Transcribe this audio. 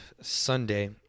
Sunday